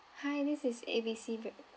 hi this is A B C break